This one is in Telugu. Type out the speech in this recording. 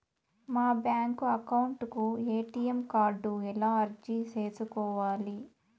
మా బ్యాంకు అకౌంట్ కు ఎ.టి.ఎం కార్డు ఎలా అర్జీ సేసుకోవాలి?